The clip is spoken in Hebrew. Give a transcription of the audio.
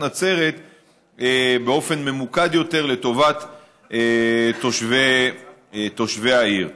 נצרת באופן ממוקד יותר לטובת תושבי העיר.